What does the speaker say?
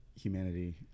humanity